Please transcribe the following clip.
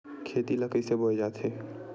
खेती ला कइसे बोय जाथे?